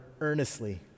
earnestly